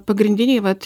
pagrindiniai vat